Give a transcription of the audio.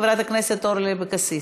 חברת הכנסת אורלי לוי אבקסיס?